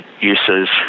uses